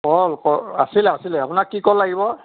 কল কল আছিলে আছিলে আপোনাক কি কল লাগিব